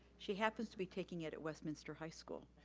she happens to be taking it at westminster high school.